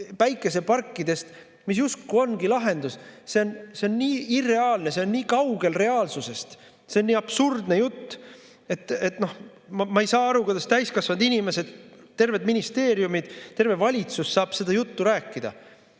päikeseparkidest, mis justkui oleks lahendus. See on nii irreaalne, see on nii kaugel reaalsusest! See on nii absurdne jutt, et ma ei saa aru, kuidas täiskasvanud inimesed, terved ministeeriumid saavad ja terve valitsus saab seda juttu rääkida.